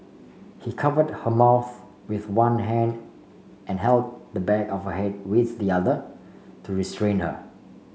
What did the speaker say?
he covered her mouth with one hand and held the back of head with the other to restrain her